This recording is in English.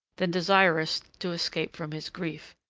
than desirous to escape from his grief.